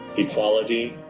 equality,